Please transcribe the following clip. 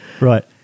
Right